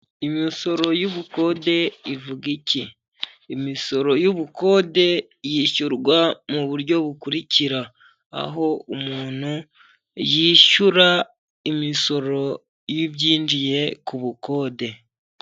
Imisoro y'ubukode ivuga iki? imisoro y'ubukode yishyurwa mu buryo bukurikira, aho umuntu yishyura imisoro y'ibyinjiye ku bukode.